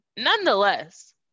nonetheless